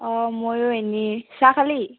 অঁ ময়ো এনেই চাহ খালি